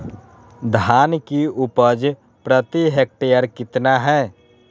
धान की उपज प्रति हेक्टेयर कितना है?